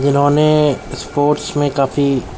جنہوں نے اسپورٹس میں کافی